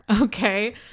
Okay